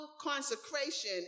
consecration